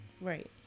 Right